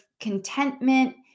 contentment